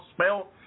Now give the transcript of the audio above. spell